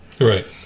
right